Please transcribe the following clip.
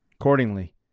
Accordingly